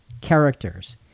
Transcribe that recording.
characters